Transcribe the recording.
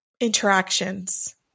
interactions